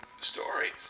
stories